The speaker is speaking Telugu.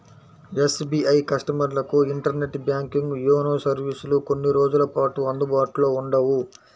ఎస్.బీ.ఐ కస్టమర్లకు ఇంటర్నెట్ బ్యాంకింగ్, యోనో సర్వీసులు కొన్ని రోజుల పాటు అందుబాటులో ఉండవు